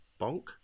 Bonk